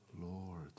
Lord